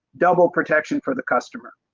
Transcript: double protection for the customer.